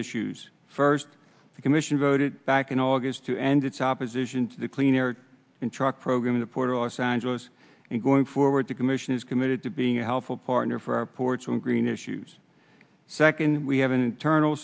issues first the commission voted back in august to end its opposition to the clean air and truck program in the port of los angeles and going forward the commission is committed to being a helpful partner for our ports when green issues second we have an internal